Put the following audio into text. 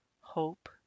hope